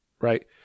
right